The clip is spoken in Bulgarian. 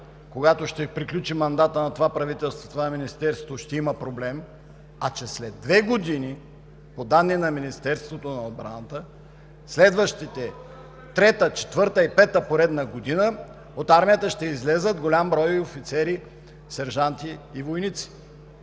когато ще приключи мандатът на това правителство, това министерство ще има проблем, а, че след две години – по данни на Министерството на отбраната, през следващите трета, четвърта и пета поредна година от армията ще излязат голям брой офицери, сержанти и войници.